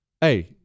Hey